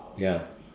ya